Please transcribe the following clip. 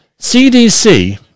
CDC